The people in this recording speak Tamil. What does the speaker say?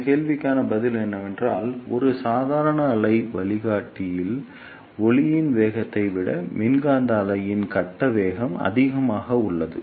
இந்த கேள்விக்கான பதில் என்னவென்றால் ஒரு சாதாரண அலை வழிகாட்டியில் ஒளியின் வேகத்தை விட மின்காந்த அலைகளின் கட்ட வேகம் அதிகமாக உள்ளது